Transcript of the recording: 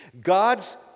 God's